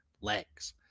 legs